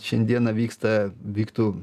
šiandieną vyksta vyktų